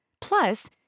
Plus